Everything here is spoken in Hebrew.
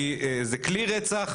כי זה כלי רצח,